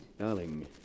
Darling